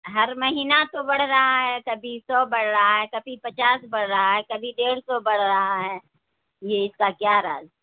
ہر مہینہ تو بڑھ رہا ہے کبھی سو بڑھ رہا ہے کبھی پچاس بڑھ رہا ہے کبھی ڈیڑھ سو بڑھ رہا ہے یہ اس کا کیا راز